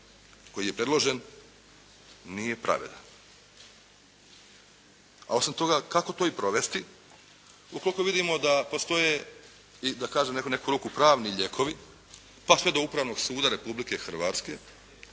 koji je predložen nije pravedan, a osim toga kako to i provesti ukoliko vidimo da postoje i pravni lijekovi, pa sve do Upravnog suda Republike Hrvatske